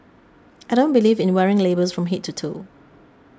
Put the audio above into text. I don't believe in wearing labels from head to toe